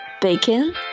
bacon